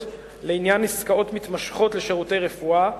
לעניין עסקאות מתמשכות לשירותי רפואה.